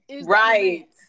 right